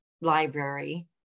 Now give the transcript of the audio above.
library